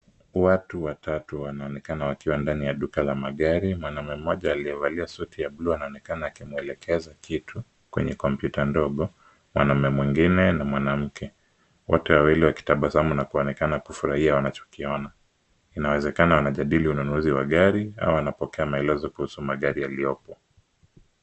Watu watatu wanaonekana wakiwa ndani ya duka la magari. Mwanaume mmoja aliyevaa suti ya buluu anaonekana akimwelekeza kitu kwenye kompyuta ndogo, mwanaume mwingine na mwanamke. Wote wawili wakitabasamu na kuonekana kufurahia wanachokiona. Inawezekana wanajadili ununuzi wa gari au wanapokea maelezo kuhusu magari yaliyopo.